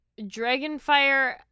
Dragonfire